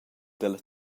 dalla